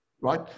right